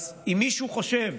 אז אם מישהו חושב